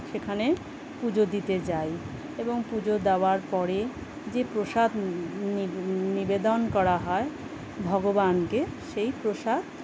সেখানে পুজো দিতে যাই এবং পুজো দেওয়ার পরে যে প্রসাদ নিবেদন করা হয় ভগবানকে সেই প্রসাদ